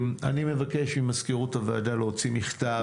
אני מבקש ממזכירות הוועדה להוציא מכתב